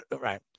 right